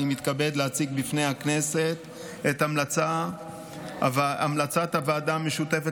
אני מתכבד להציג בפני הכנסת את המלצת הוועדה המשותפת